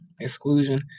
exclusion